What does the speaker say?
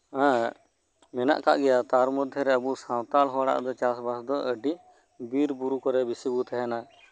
ᱮᱫ ᱢᱮᱱᱟᱜ ᱟᱠᱟᱜ ᱜᱮᱭᱟ ᱛᱟᱨᱢᱚᱫᱽᱫᱷᱮ ᱟᱵᱚ ᱥᱟᱱᱛᱟᱲ ᱦᱚᱲᱟᱜ ᱫᱚ ᱪᱟᱥᱵᱟᱥ ᱫᱚ ᱟᱹᱰᱤ ᱵᱤᱨ ᱵᱩᱨᱩ ᱠᱚᱨᱮᱫ ᱵᱮᱥᱤ ᱵᱚᱱ ᱛᱟᱦᱮᱱᱟ